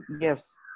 yes